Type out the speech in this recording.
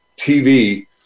tv